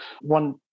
One